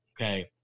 okay